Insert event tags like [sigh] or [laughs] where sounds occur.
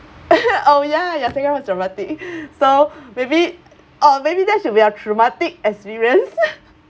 [laughs] oh ya your second one was traumatic [breath] so [breath] maybe oh maybe that should be our traumatic experience [laughs]